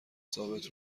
ثابت